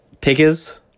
Pickers